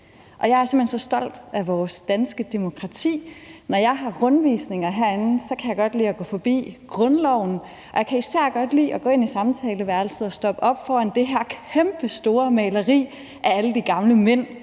hen så stolt af vores danske demokrati. Når jeg har rundvisninger herinde, kan jeg godt lide at gå forbi grundlovene, og jeg kan især godt lide at gå ind i Samtaleværelset og stoppe op foran det her kæmpestore maleri af alle de gamle mænd